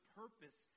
purpose